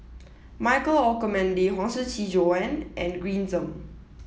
Michael Olcomendy Huang Shiqi Joan and Green Zeng